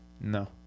No